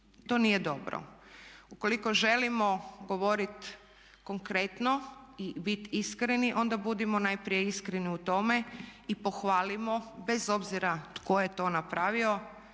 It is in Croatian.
To nije dobro. Ukoliko želimo govoriti konkretno i biti iskreni onda budimo najprije iskreni u tome i pohvalimo bez obzira tko je to napravio,